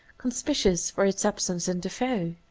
conspicuous for its absence in defoe.